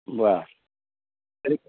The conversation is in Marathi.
बरं तरी